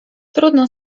trudno